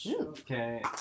Okay